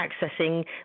accessing